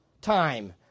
time